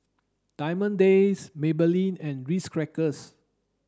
Diamond Days Maybelline and Ritz Crackers